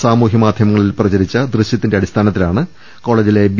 സാമൂഹ്യ മാധ്യമങ്ങളിൽ പ്രചരിച്ച ദൃശൃത്തിന്റെ അടിസ്ഥാനത്തിലാണ് കോളജിലെ ബി